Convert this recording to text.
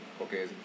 okay